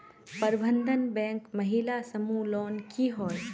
प्रबंधन बैंक महिला समूह लोन की होय?